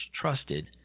trusted